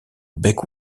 bec